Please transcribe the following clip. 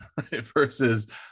versus